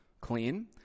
clean